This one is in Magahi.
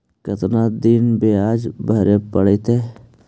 कितना दिन बियाज भरे परतैय?